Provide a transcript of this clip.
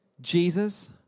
Jesus